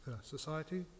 society